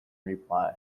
reply